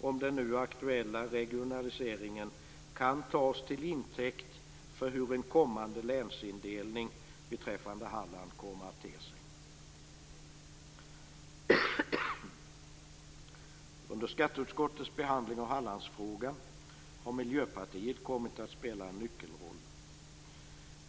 om den nu aktuella regionaliseringen kan tas till intäkt för hur en kommande länsindelning avseende Halland kommer att te sig. Under skatteutskottets behandling av Hallandsfrågan har Miljöpartiet kommit att spela en nyckelroll.